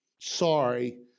Sorry